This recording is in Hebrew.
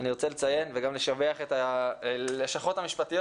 אני רוצה לציין וגם לשבח את הלשכות המשפטיות